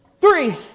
three